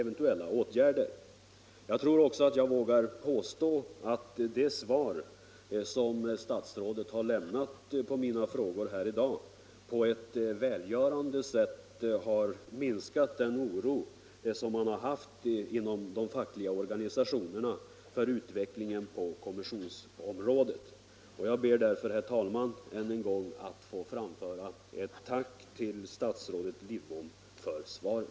Jag tror jag vågar påstå att de svar som statsrådet lämnat här i dag på ett välgörande sätt minskat den oro som man har hyst inom de fackliga organisationerna för utvecklingen på kommissionsområdet. Jag ber därför, herr talman, att ännu en gång få framföra ett tack till statsrådet Lidbom för svaret.